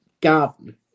garden